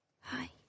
Hi